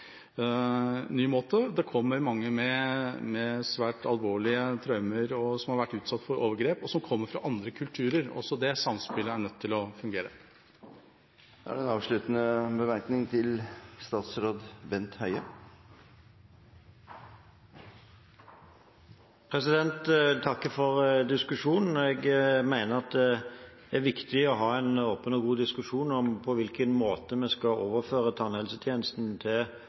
ny måte. Det kommer mange med svært alvorlige traumer, som har vært utsatt for overgrep, og som kommer fra andre kulturer – også det samspillet er nødt til å fungere. Jeg takker for diskusjonen. Jeg mener at det er viktig å ha en åpen og god diskusjon om på hvilken måte vi skal overføre tannhelsetjenesten til